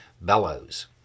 bellows